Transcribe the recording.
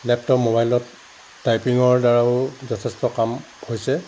laptop মোবাইলত টাইপিঙৰ দ্বাৰাও যথেষ্ট কাম হৈছে